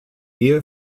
ehe